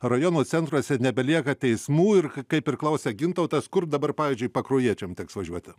rajonų centruose nebelieka teismų ir kaip ir klausia gintautas kur dabar pavyzdžiui pakruojiečiam teks važiuoti